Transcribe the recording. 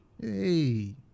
Hey